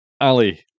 Ali